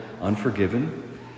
unforgiven